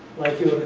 like your